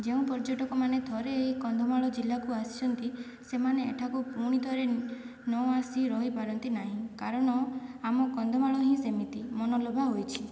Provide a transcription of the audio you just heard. ଯେଉଁ ପର୍ଯ୍ୟଟକ ମାନେ ଥରେ ଏହି କନ୍ଧମାଳ ଜିଲ୍ଲାକୁ ଆସିଛନ୍ତି ସେମାନେ ଏଠାକୁ ପୁଣିଥରେ ନଆସି ରହିପାରନ୍ତି ନାହିଁ କାରଣ ଆମ କନ୍ଧମାଳ ହିଁ ସେମିତି ମନୋଲୋଭା ହୋଇଛି